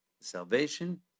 Salvation